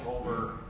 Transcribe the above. over